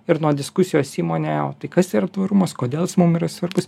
ir nuo diskusijos įmonėje o tai kas yra tvarumas kodėl jis mum yra svarbus